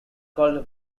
called